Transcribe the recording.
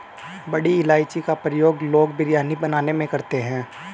बड़ी इलायची का प्रयोग लोग बिरयानी बनाने में करते हैं